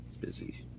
busy